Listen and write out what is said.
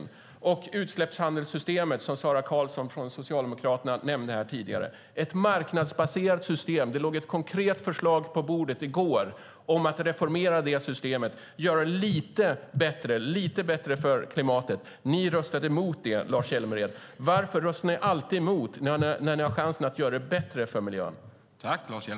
När det gäller utsläppshandelssystemet, som Sara Karlsson från Socialdemokraterna nämnde tidigare, och ett marknadsbaserat system låg det ett konkret förslag på bordet i går om att reformera systemet och göra det lite bättre för klimatet. Ni röstade emot det, Lars Hjälmered. Varför röstar ni alltid emot när ni har chansen att göra det bättre för miljön?